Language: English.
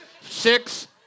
Six